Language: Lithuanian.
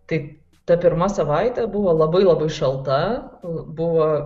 tai ta pirma savaitė buvo labai labai šalta buvo